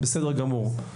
בסדר גמור.